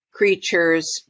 creatures